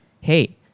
hey